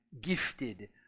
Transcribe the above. gifted